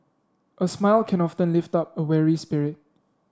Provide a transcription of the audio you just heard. a smile can often lift up a weary spirit